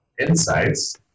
Insights